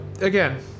again